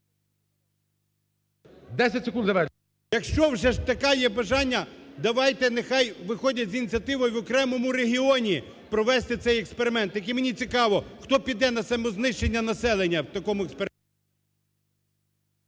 ШУРМА І.М. Якщо вже ж таке є бажання, давайте, нехай виходять з ініціативою в окремому регіоні провести цей експеримент. Тільки мені цікаво, хто піде на самознищення населення в такому експерименті…